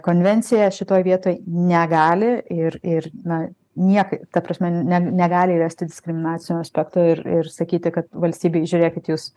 konvencija šitoj vietoj negali ir ir na niekaip ta prasme ne negali įvesti diskriminacinio aspekto ir ir sakyti kad valstybei žiūrėkit jūs